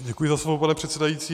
Děkuji za slovo, pane předsedající.